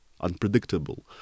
unpredictable